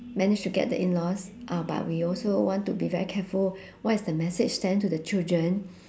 managed to get the in laws uh but we also want to be very careful what is the message sent to the children